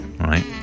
right